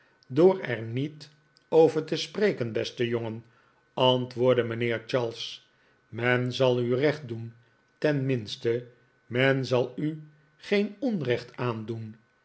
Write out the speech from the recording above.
door er niet over te spreken beste jongen antwoordde mijnheer charles men zal u recht doen tenminste men zal u geen onrecht aandoen